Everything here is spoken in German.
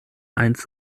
eins